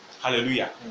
Hallelujah